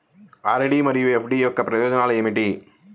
RD మరియు FD యొక్క ప్రయోజనాలు ఏమిటి?